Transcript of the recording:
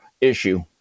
issue